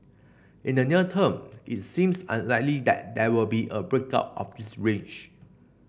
in the near term it seems unlikely that there will be a break out of this range